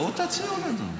בואו תציעו לנו.